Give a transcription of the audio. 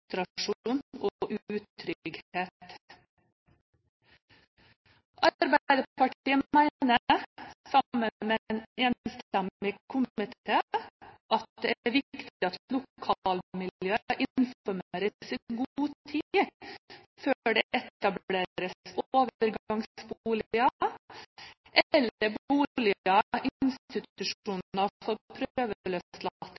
og utrygghet. Arbeiderpartiet mener, sammen med en enstemmig komité, at det er viktig at lokalmiljø informeres i god tid før det etableres